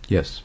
Yes